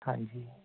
ਹਾਂਜੀ